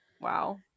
wow